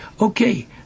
okay